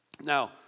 Now